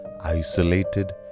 isolated